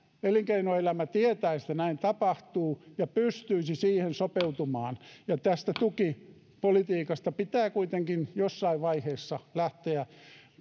elinkeinoelämä tietäisi että näin tapahtuu ja pystyisi siihen sopeutumaan tästä tukipolitiikasta pitää kuitenkin jossain vaiheessa lähteä